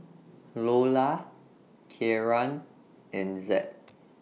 Loula Kieran and Zed